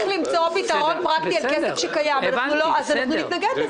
אנחנו נתנגד לזה,